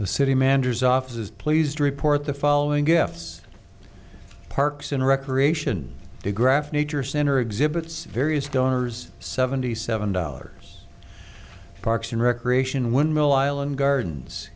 the city managers office is pleased to report the following gifts parks and recreation digraph nature center exhibits various dollars seventy seven dollars parks and recreation windmill island gardens